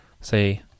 Say